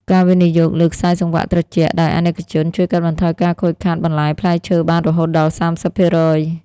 ការវិនិយោគលើ "ខ្សែសង្វាក់ត្រជាក់" ដោយអាណិកជន ជួយកាត់បន្ថយការខូចខាតបន្លែផ្លែឈើបានរហូតដល់ ៣០% ដែលជាបញ្ហាប្រឈមធំបំផុតរបស់កសិករក្នុងស្រុក។